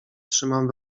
trzymam